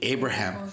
Abraham